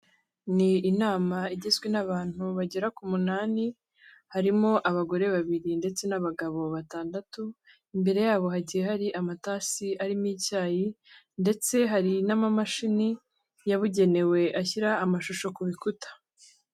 Ni inama igizwe n'abantu bagera ku munani, harimo abagore babiri ndetse n'abagabo batandatu, imbere yabo hagiye hari amatasi arimo icyayi ndetse hari n'amamashini yabugenewe ashyira amashusho ku bikuta.